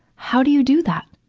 how do you do that?